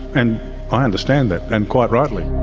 and i understand that, and quite rightly.